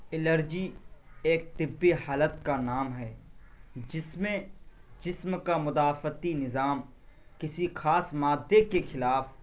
allergy ایک طبی حالت کا نام ہے جس میں جسم کا مدافعتی نظام کسی خاص مادے کے خلاف